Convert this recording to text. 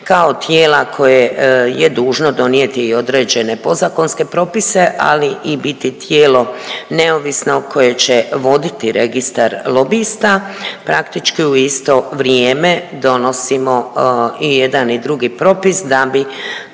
kao tijela koje je dužno donijeti i određene podzakonske propise, ali i biti tijelo neovisno koje će voditi Registar lobista, praktički u isto vrijeme donosimo i jedan i drugi propis da bi